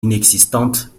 inexistante